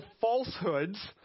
falsehoods